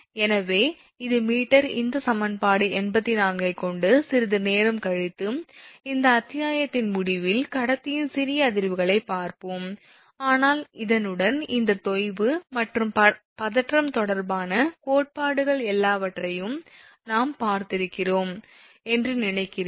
எனவே இது மீட்டர் இந்த சமன்பாடு 84 ஐக் கொண்டு சிறிது நேரம் கழித்து இந்த அத்தியாயத்தின் முடிவில் கடத்தியின் சிறிய அதிர்வுகளைப் பார்ப்போம் ஆனால் இதனுடன் இந்த தொய்வு மற்றும் பதற்றம் தொடர்பான கோட்பாடுகள் எல்லாவற்றையும் நாம் பார்த்திருக்கிறோம் என்று நினைக்கிறேன்